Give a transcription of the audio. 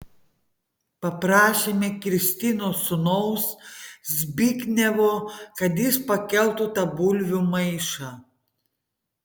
paprašėme kristinos sūnaus zbignevo kad jis pakeltų tą bulvių maišą